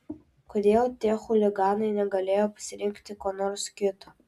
kodėl tie chuliganai negalėjo pasirinkti ko nors kito